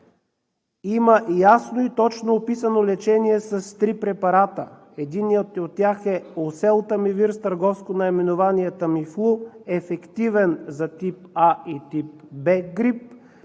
има ясно и точно описано лечение с три препарата. Единият от тях е Oseltamivir с търговско наименование Tamiflu, ефективен за тип А и тип Б грип,